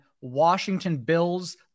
Washington-Bills